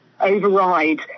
override